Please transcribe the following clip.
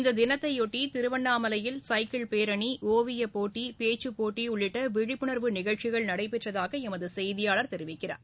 இந்த தினத்தையொட்டி திருவண்ணாமலையில் சைக்கிள் பேரணி ஓவியப் போட்டி பேச்சுப் போட்டி உள்ளிட்ட விழிப்புணர்வு நிகழ்ச்சிகள் நடைபெற்றதாக எமது செய்தியாளர் தெரிவிக்கிறார்